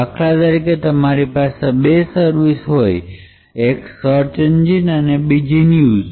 દાખલા તરીકે તમારી પાસે બે સર્વિસ હોય એક સર્ચ એન્જિન અને બીજી ન્યૂઝ